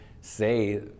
say